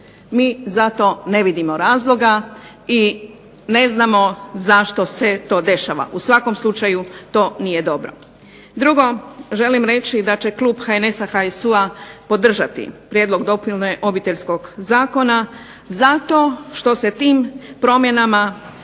Mi zato ne vidimo razloga i ne znamo zašto se to dešava i u svakom slučaju to nije dobro. Drugo, želim reći da će klub HNS-a, HSU-a podržati prijedlog dopune Obiteljsko zakona zato što se tim promjenama